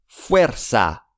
Fuerza